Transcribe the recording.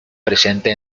presente